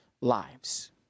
lives